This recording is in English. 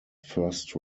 first